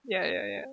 ya ya ya